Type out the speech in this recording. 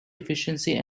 efficiency